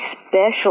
special